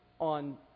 on